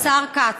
השר כץ,